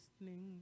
listening